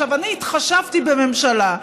אני התחשבתי בממשלה.